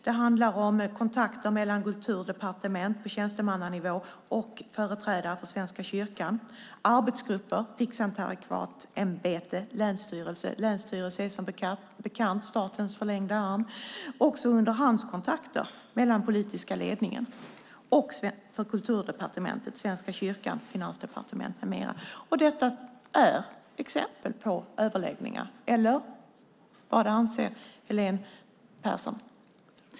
Det handlar om kontakter mellan Kulturdepartementet på tjänstemannanivå och företrädare för Svenska kyrkan, arbetsgrupper, Riksantikvarieämbetet, länsstyrelser - länsstyrelserna är som bekant statens förlängda arm - och underhandskontakter mellan den politiska ledningen för Kulturdepartementet, Svenska kyrkan och Finansdepartementet med mera. Detta är exempel på överläggningar. Eller vad anser Helene Petersson?